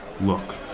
Look